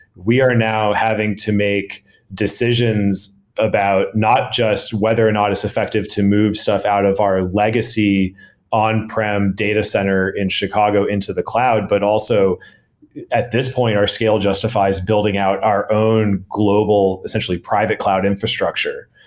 we are now having to make decisions about not just whether or not it's effective to move stuff out of our legacy on-prem data center in chicago into the cloud, but also at this point our scale justifies building out our own global essentially private cloud infrastructure.